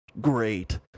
Great